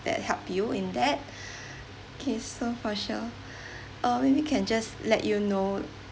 that help you in that okay so for sure uh maybe can just let you know